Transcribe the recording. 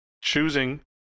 Choosing